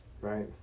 Right